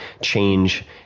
change